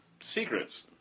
Secrets